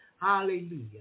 Hallelujah